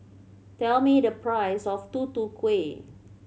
tell me the price of Tutu Kueh